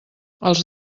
els